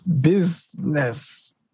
business